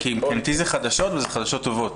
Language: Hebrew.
כי מבחינתי זה חדשות וזה חדשות טובות.